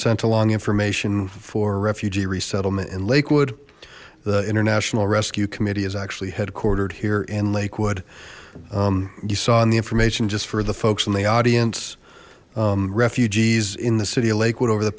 sent along information for refugee resettlement in lakewood the international rescue committee is actually headquartered here in lakewood you saw in the information just for the folks in the audience refugees in the city of lakewood over the